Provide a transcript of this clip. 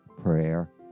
prayer